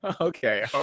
okay